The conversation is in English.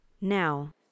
Now